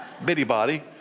Bittybody